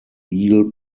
eel